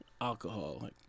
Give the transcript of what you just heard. alcohol